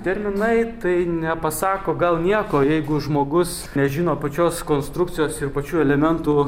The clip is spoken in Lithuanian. terminai tai nepasako gal nieko jeigu žmogus nežino pačios konstrukcijos ir pačių elementų